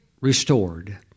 restored